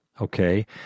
okay